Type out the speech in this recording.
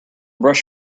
brush